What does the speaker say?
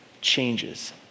changes